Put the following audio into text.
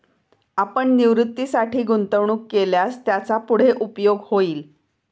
आपण निवृत्तीसाठी गुंतवणूक केल्यास त्याचा पुढे उपयोग होईल